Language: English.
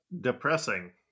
depressing